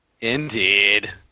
Indeed